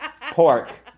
pork